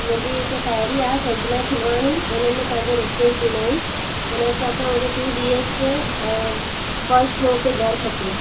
मुंहिंजी हिकु साहेड़ी आहे संजना खिलवाणी उन्हनि तव्हांजो रेफरंस ॾिनो हुयईं उन हिसाब सां टू बी एच के ऐं फर्स्ट फ्लोर ते घरु खपे